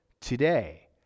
Today